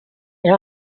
elle